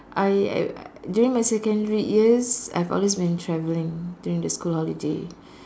I uh during my secondary years I've always been traveling during the school holidays